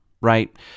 right